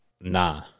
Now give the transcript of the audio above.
Nah